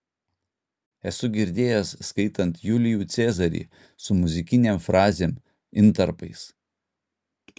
esu girdėjęs skaitant julijų cezarį su muzikinėm frazėm intarpais